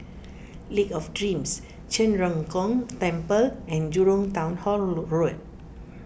Lake of Dreams Zhen Ren Gong Temple and Jurong Town Hall Road